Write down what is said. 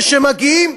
והם מגיעים,